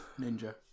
Ninja